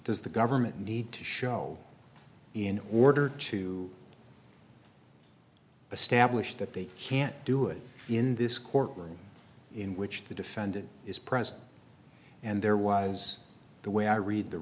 does the government need to show in order to the stablished that they can't do it in this court room in which the defendant is present and there was the way i read the